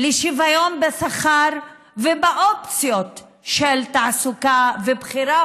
לשוויון בשכר ובאופציות של תעסוקה ולבחירה